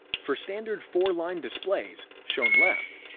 for standard four line displays shown left,